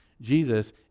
Jesus